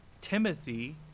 Timothy